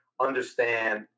understand